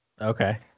Okay